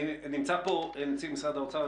נמצא כאן נציג משרד האוצר.